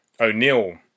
O'Neill